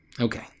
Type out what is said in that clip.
Okay